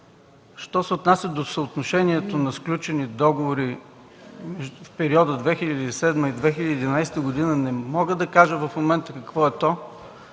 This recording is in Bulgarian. Що се отнася до съотношението на сключени договори в периода 2007-2011 г., не мога да кажа в момента какво е то,